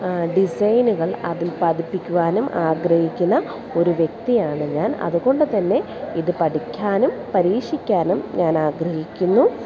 ഡിസൈനുകൾ അതിൽ പതിപ്പിക്കുവാനും ആഗ്രഹിക്കുന്ന ഒരു വ്യക്തിയാണ് ഞാൻ അതുകൊണ്ട് തന്നെ ഇത് പഠിക്കാനും പരീക്ഷിക്കാനും ഞാൻ ആഗ്രഹിക്കുന്നു